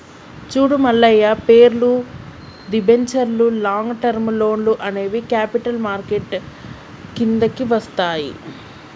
చూడు మల్లయ్య పేర్లు, దిబెంచర్లు లాంగ్ టర్మ్ లోన్లు అనేవి క్యాపిటల్ మార్కెట్ కిందికి వస్తాయి